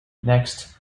next